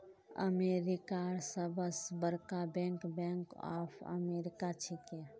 अमेरिकार सबस बरका बैंक बैंक ऑफ अमेरिका छिके